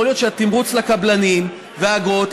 יכול להיות שהתמריץ לקבלנים והאגרות,